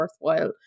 worthwhile